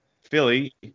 Philly